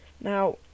Now